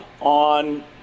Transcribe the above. on